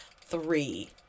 three